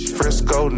Frisco